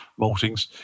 maltings